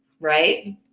Right